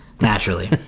naturally